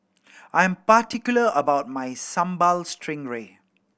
I am particular about my Sambal Stingray